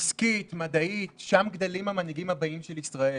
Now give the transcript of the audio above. עסקית, מדעית, שם גדלים המנהיגים הבאים של ישראל.